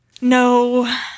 no